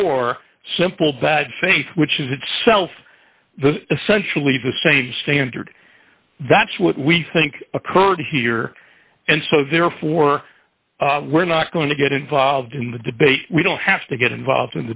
or simple bad faith which is itself the essentially the same standard that's what we think occurred here and so therefore we're not going to get involved in the debate we don't have to get involved